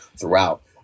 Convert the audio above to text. throughout